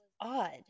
odd